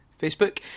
Facebook